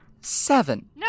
Seven